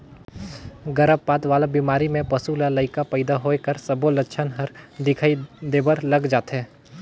गरभपात वाला बेमारी में पसू ल लइका पइदा होए कर सबो लक्छन हर दिखई देबर लग जाथे